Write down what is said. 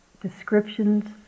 descriptions